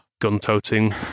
gun-toting